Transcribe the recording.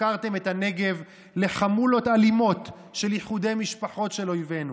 הפקרתם את הנגב לחמולות אלימות של איחודי משפחות של אויבינו.